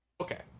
Okay